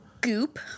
goop